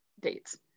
dates